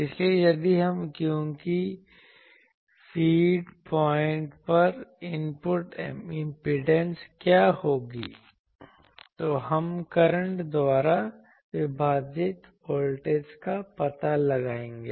इसलिए यदि हम क्योंकि फ़ीड पॉइंट पर इनपुट इम्पीडेंस क्या होगी तो हम करंट द्वारा विभाजित वोल्टेज का पता लगाएंगे